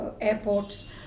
airports